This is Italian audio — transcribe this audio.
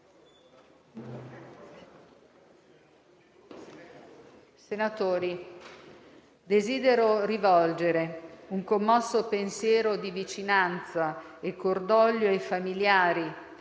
senatori, desidero rivolgere un commosso pensiero di vicinanza e cordoglio ai familiari,